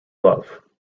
love